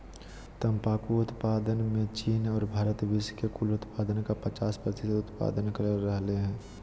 तंबाकू उत्पादन मे चीन आर भारत विश्व के कुल उत्पादन के पचास प्रतिशत उत्पादन कर रहल हई